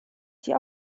die